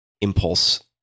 impulse